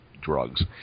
drugs